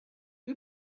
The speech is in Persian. توی